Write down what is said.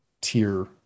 tier